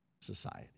society